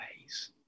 ways